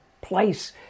place